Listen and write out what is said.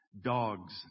dogs